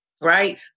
right